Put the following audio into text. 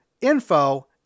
info